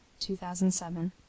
2007